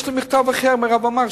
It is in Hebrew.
יש לי מכתב אחר מהרב עמאר,